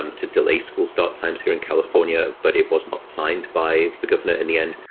um to delay school start times here in california, but it was not signed by the governor in the end.